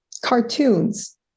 cartoons